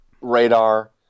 radar